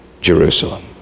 Jerusalem